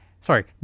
sorry